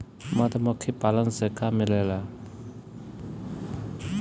मधुमखी पालन से का मिलेला?